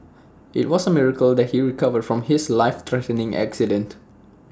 IT was A miracle that he recovered from his life threatening accident